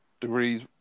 degrees